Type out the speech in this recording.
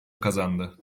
kazandı